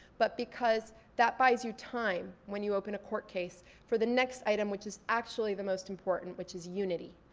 but because that buys you time when you open a court case for the next item which is actually the most important, which is unity.